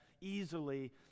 easily